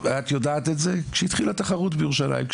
כשהתחילה תחרות בירושלים.